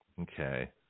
okay